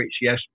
yes